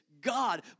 God